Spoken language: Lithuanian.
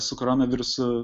su koronavirusu